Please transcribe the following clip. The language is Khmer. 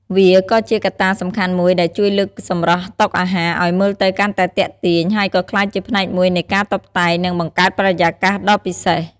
វាក៏ជាកត្តាសំខាន់មួយដែលជួយលើកសម្រស់តុអាហារឲ្យមើលទៅកាន់តែទាក់ទាញ ហើយក៏ក្លាយជាផ្នែកមួយនៃការតុបតែង និងបង្កើតបរិយាកាសដ៏ពិសេស។